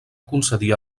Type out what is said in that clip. concedir